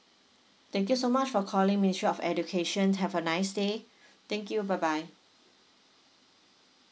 thank you so much for calling ministry of education have a nice day thank you bye bye